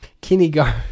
Kindergarten